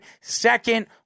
Second